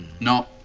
no.